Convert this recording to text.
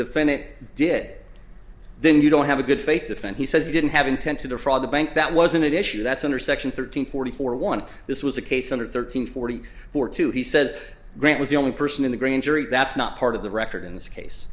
definit did then you don't have a good faith defend he says he didn't have intent to defraud the bank that wasn't an issue that's under section thirteen forty four one this was a case under thirteen forty four two he says grant was the only person in the grand jury that's not part of the record in this case